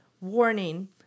warning